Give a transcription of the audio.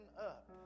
up